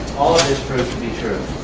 all of this proved to be true.